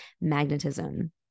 magnetism